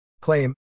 Claim